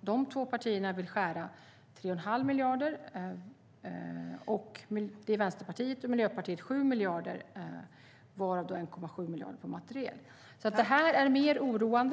Vänsterpartiet vill skära ned med 3 1⁄2 miljard, och Miljöpartiet 7 miljarder, varav 1,7 miljarder är på materiel. Det här är mer oroande.